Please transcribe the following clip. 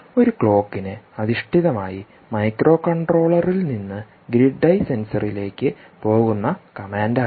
ഒരു ക്ലോക്കിന് അധിഷ്ഠിതമായി മൈക്രോകൺട്രോളറിൽ നിന്ന് ഗ്രിഡ് ഐ സെൻസറിലേക്ക് പോകുന്ന കമാൻഡ് ആകാം